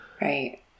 Right